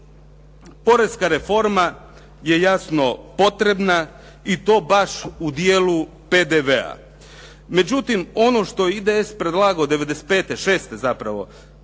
poreska reforma je jasno potrebna i to baš u dijelu PDV-a. Međutim, ono što je IDS predlagao 95., 96. zapravo